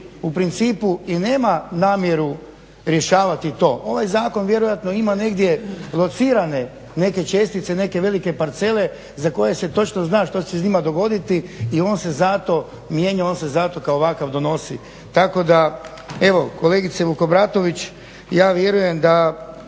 u principu i nema namjeru rješavati to, ovaj zakon vjerojatno ima negdje locirane neke čestice, neke velike parcele za koje se točno zna što će se s njima dogoditi i on se zato mijenjao, on se zato kao ovakav donosi. Tako da evo kolegice Vukobratović, ja vjerujem da